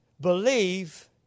believe